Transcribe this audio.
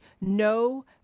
no